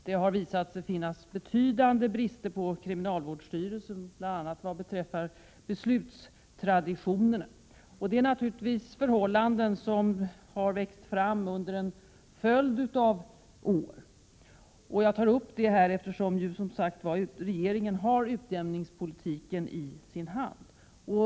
Det har visat sig finnas betydande brister inom kriminalvårdsstyrelsen, bl.a. vad beträffar beslutstraditionerna. Det är naturligtvis fråga om förhållanden som har växt fram under en följd av år. Att jag tar upp detta här beror på att regeringen, som sagt, har utnämningspolitiken i sin hand.